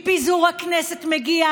קודם כול, אני חייב לומר שאני מרגיש מוזר.